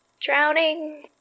drowning